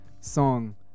song